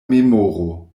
memoro